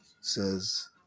says